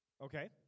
Okay